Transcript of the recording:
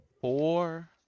four